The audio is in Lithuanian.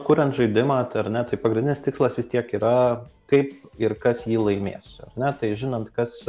kuriant žaidimą tai ar ne tai pagrindinis tikslas vis tiek yra kaip ir kas jį laimėsar ne tai žinant kas